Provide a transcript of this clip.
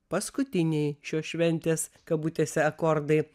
paskutiniai šios šventės kabutėse akordai